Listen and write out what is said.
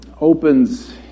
opens